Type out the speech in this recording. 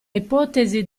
ipotesi